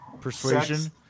persuasion